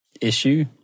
issue